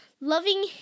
Loving